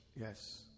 yes